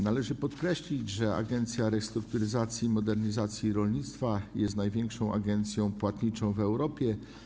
Należy podkreślić, że Agencja Restrukturyzacji i Modernizacji Rolnictwa jest największą agencją płatniczą w Europie.